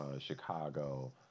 Chicago